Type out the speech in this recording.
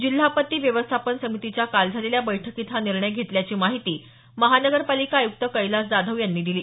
जिल्हा आपत्ती व्यवस्थापन समितीच्या काल झालेल्या बैठकीत हा निर्णय घेतल्याची माहिती महापालिका आय़्क्त कैलास जाधव यांनी दिली